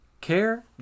care